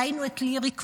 "ראינו את לירי כבויה,